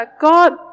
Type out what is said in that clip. God